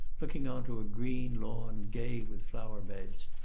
looking on to a green lawn gay with flower-beds.